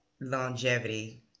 longevity